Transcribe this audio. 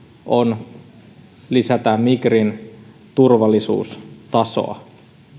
on lisätä migrin turvallisuustasoa